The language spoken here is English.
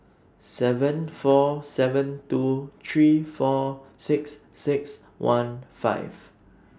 seven four seven two three four six six one five